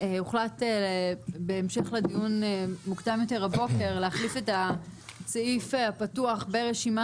הוחלט בהמשך לדיון מוקדם יותר הבוקר להחליף את הסעיף הפתוח ברשימה